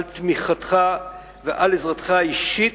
על תמיכתך ועל עזרתך האישית,